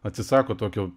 atsisako tokio